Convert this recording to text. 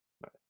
Right